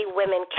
women